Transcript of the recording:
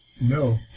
no